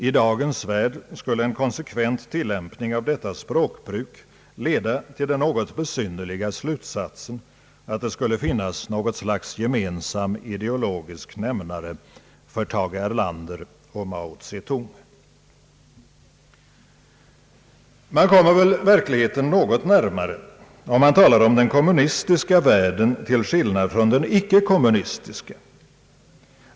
I dagens värld skulle en konsekvent tillämpning av detta språkbruk leda till den något besynnerliga slutsatsen att det skulle finnas något slags gemensam ideologisk nämnare för Tage Erlander och Mao Tse-tung. Man kommer väl verkligheten något närmare om man talar om den kommunistiska världen till skillnad från den icke-kommunistiska.